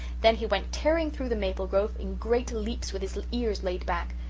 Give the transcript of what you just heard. then he went tearing through the maple grove in great leaps with his ears laid back.